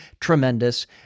tremendous